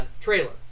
trailer